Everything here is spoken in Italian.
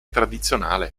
tradizionale